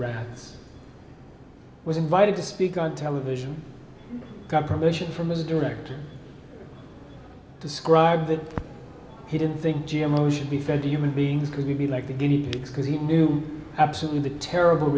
rats was invited to speak on television got permission from his director described that he didn't think g m o should be fed to human beings could be like the guinea pigs because he knew absolutely the terrible